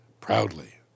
proudly